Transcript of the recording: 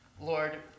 Lord